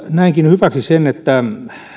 näenkin hyväksi sen että